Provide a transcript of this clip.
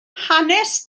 hanes